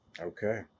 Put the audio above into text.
Okay